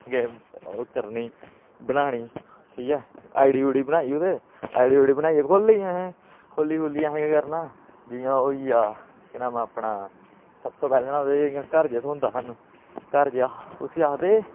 game ओह् करनी बनानी ठीक ऐ आई डी उईडी बनाई ओह्दे आई डी उईडी बनाइयै खेली असें खोल्ली खुल्ली असें केह् करना जि'यां ओह् होई गेआ केह् नामा अपना सब तूं पैह्लें ना ओह्दे च इ'यां घर जेहा थ्होंदा सानूं घर जेहा उसी आखदे